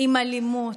עם אלימות.